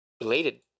related